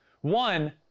One